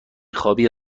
خوابی